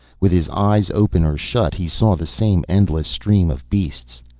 with his eyes open or shut he saw the same endless stream of beasts.